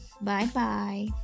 Bye-bye